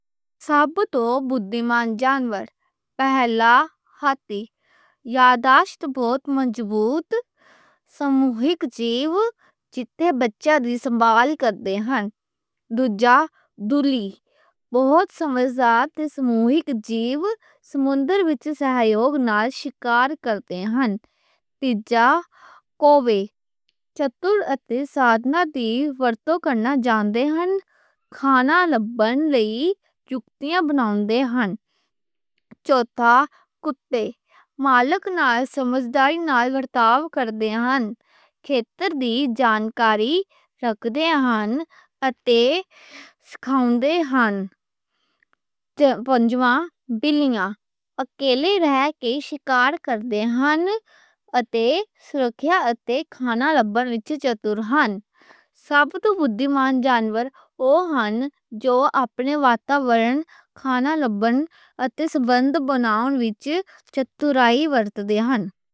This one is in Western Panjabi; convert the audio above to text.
ساݨ توں بُدّھی مان جانور پہلا، ہاتھی یادداشت بہت مضبوط سو مُکھ جیّو جتھے بچّے دی سنبھال کردے ہن۔ دُجا، ڈالفِن بہُت سمجھی آتی سو مُکھ جیّو سمندر وچ سہجوگ نال شکار کردے ہن۔ تِجا، کووے چتور اتے سادھنا دی ورتوں کرنا جان دے ہن کھانا لبھن لئی چُکتیاں بناؤندے ہن۔ چوٗتھا، کُتے مالک نال سمجھداری نال ورتاؤ کردے ہن، کھِتر دی جانکاری رکھدے ہن اتے سکھاؤندے ہن۔ پان٘جواں، بِلیا اکیلی رہ کے شکار کردے ہن اتے سرکھیا اتے کھانا لبھن وچ چتور ہن۔ ساݨ بُدّھی مان جانور او ہن جو اپنے واتاورن، کھانا لبھن اتے سبندھ بناؤن وچ چتورائی ورت دے ہن۔